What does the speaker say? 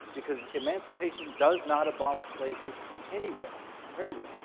because emancipation does not abolish slavery anywhere anywhere.